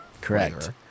Correct